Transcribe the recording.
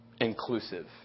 inclusive